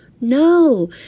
No